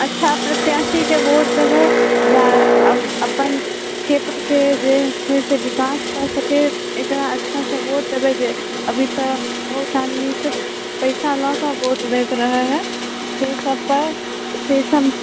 अच्छा प्रत्याशीके वोट देबै जे अऽ अपन छेत्रके जे छै से विकास कऽ सकै एकरा अच्छासँ वोट देबै जे अभी तऽ बहुत आदमी सभ पैसा लऽ कऽ वोट दैत रहै हय तैँ सभ पर स्पेशल